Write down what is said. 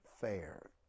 fair